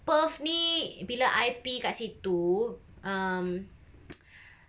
perth ni bila I gi kat situ um